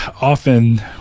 often